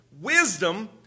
wisdom